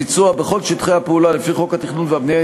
ביצוע בכל שטחי הפעולה לפי חוק התכנון והבנייה,